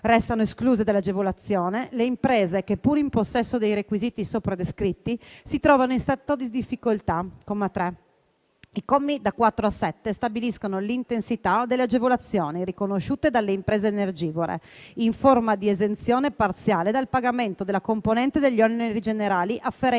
Restano escluse dall'agevolazione le imprese che, pur in possesso dei requisiti sopra descritti, si trovano in stato di difficoltà (comma 3). I commi da 4 a 7 stabiliscono l'intensità delle agevolazioni riconosciute dalle imprese energivore in forma di esenzione parziale dal pagamento della componente degli oneri generali afferenti